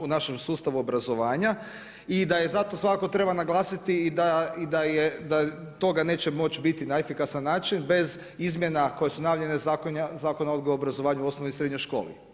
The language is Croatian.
u našem sustavu obrazovanja i da zato svakako treba naglasiti da toga neće moći biti na efikasan način bez izmjene koje su najavljena Zakona o odgoju i obrazovanju osnovnih i srednjih školi.